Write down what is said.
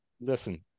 listen